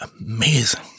amazing